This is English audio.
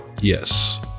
Yes